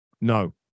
No